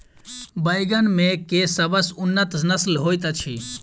बैंगन मे केँ सबसँ उन्नत नस्ल होइत अछि?